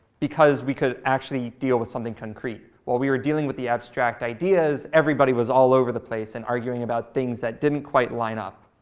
because we could actually deal with something concrete. while we were dealing with the abstract ideas, everybody was all over the place and arguing about things that didn't quite line up.